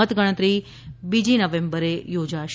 મત ગણતરી બીજી નવેમ્બરે યોજાશે